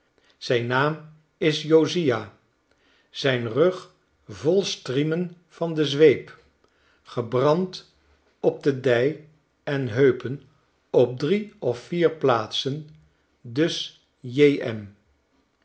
zijn naam is josiah zijn rug vol striemen van de zweep gebrand op de dij en heupen op drie of vier plaatsen dus